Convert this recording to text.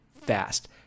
fast